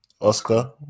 Oscar